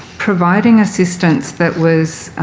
providing assistance that was